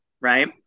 right